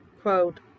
quote